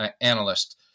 analyst